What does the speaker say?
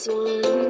one